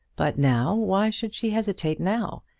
but now why should she hesitate now?